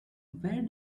where